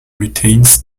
retains